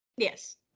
Yes